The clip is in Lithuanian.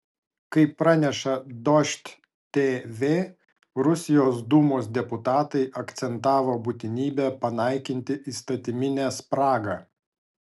kaip praneša dožd tv rusijos dūmos deputatai akcentavo būtinybę panaikinti įstatyminę spragą